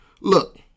look